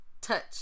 touch